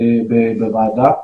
בוועדה.